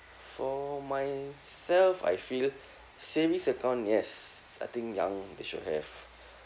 for myself I feel savings account yes I think young they should have